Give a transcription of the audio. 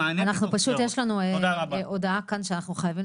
פשוט יש לנו הודעה כאן שאנחנו חייבים